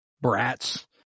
brats